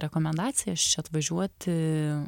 rekomendacijas čia atvažiuoti